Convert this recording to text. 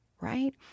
right